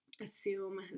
assume